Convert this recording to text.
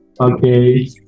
Okay